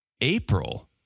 April